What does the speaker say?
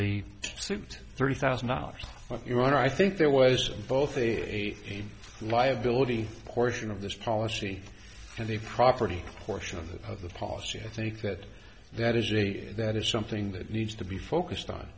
the suit thirty thousand dollars you want i think there was both a liability portion of this policy and the property portion of the policy i think that that is a that is something that needs to be focused on